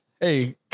Hey